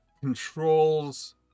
controls